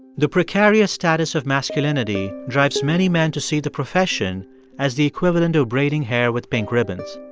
the precarious status of masculinity drives many men to see the profession as the equivalent of braiding hair with pink ribbons.